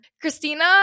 Christina